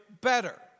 better